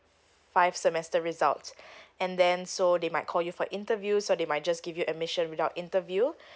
five semester results and then so they might call you for interview so they might just give you admission without interview